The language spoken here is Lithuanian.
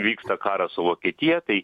vyksta karas su vokietija tai